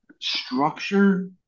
structure